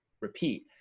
repeat